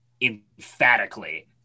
emphatically